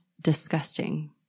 Disgusting